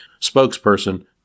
spokesperson